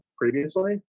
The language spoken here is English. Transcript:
previously